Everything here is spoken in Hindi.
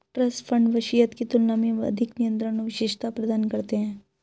ट्रस्ट फंड वसीयत की तुलना में अधिक नियंत्रण और विशिष्टता प्रदान करते हैं